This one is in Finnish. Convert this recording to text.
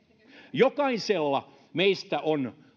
jokaisella meistä on